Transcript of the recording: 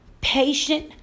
patient